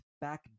back